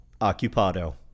Occupado